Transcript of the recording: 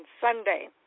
Sunday